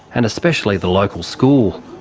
and especially the local school.